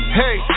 hey